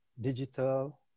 digital